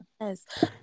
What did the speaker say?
yes